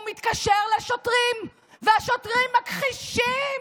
הוא מתקשר לשוטרים, והשוטרים מכחישים.